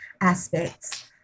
aspects